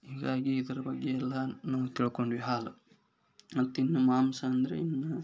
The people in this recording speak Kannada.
ಹೀಗಾಗಿ ಇದ್ರ ಬಗ್ಗೆ ಎಲ್ಲ ನಾವು ತಿಳ್ಕೊಂಡ್ವಿ ಹಾಲು ಮತ್ತಿನ್ನು ಮಾಂಸ ಅಂದರೆ ಇನ್ನು